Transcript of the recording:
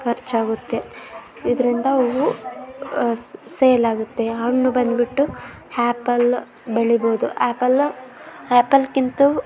ಖರ್ಚಾಗುತ್ತೆ ಇದರಿಂದ ಹೂವು ಸೇಲಾಗುತ್ತೆ ಹಣ್ಣು ಬಂದುಬಿಟ್ಟು ಹ್ಯಾಪಲ್ ಬೆಳೀಬೋದು ಆ್ಯಪಲ್ ಆ್ಯಪಲ್ಗಿಂತಾ